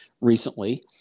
recently